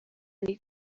need